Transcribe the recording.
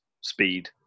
speed